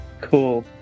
Cool